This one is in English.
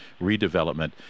redevelopment